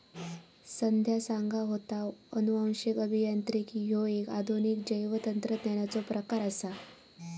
संध्या सांगा होता, अनुवांशिक अभियांत्रिकी ह्यो एक आधुनिक जैवतंत्रज्ञानाचो प्रकार आसा